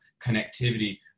connectivity